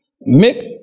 make